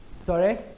sorry